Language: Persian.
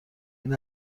این